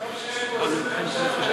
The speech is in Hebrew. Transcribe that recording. טוב שיש פה 15 חברי כנסת.